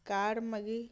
card ମାଗି